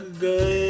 Good